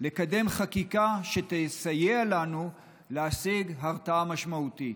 לקדם חקיקה שתסייע לנו להשיג הרתעה משמעותית.